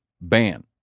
ban